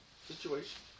situation